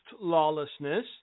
lawlessness